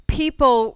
people